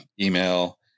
email